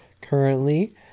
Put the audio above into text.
Currently